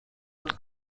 not